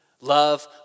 Love